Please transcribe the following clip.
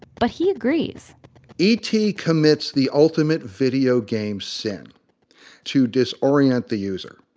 but, he agrees e t. commits the ultimate video game sin to disorient the user.